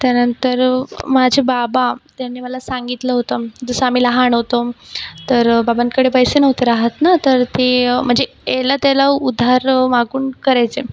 त्यानंतर माझे बाबा त्यांनी मला सांगितलं होतं जसं आम्ही लहान होतो तर बाबांकडे पैसे नव्हते राहात ना तर ते म्हणजे याला त्याला उधार मागून करायचे